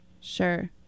Sure